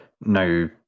no